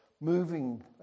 moving